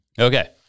Okay